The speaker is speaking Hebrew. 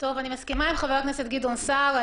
אני מסכימה עם חבר הכנסת גדעון סער.